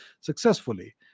successfully